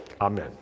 Amen